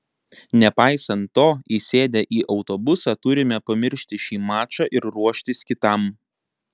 nepaisant to įsėdę į autobusą turime pamiršti šį mačą ir ruoštis kitam